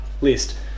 list